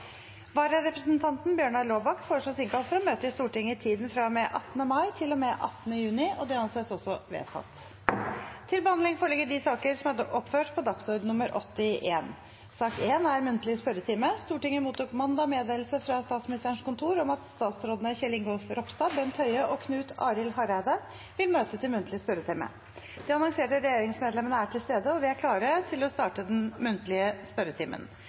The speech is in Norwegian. Vararepresentanten, Bjørnar Laabak , innkalles for å møte i Stortinget i tiden fra og med 18. mai til og med 18. juni. Stortinget mottok mandag meddelelse fra Statsministerens kontor om at statsrådene Kjell Ingolf Ropstad, Bent Høie og Knut Arild Hareide vil møte til muntlig spørretime. De annonserte regjeringsmedlemmene er til stede, og vi er klare til å starte den muntlige spørretimen.